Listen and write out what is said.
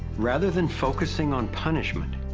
rather than focusing on punishment,